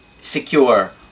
secure